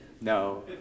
No